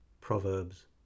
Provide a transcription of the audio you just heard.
Proverbs